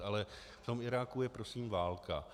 Ale v tom Iráku je prosím válka.